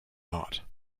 not